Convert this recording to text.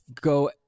go